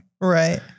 Right